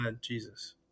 Jesus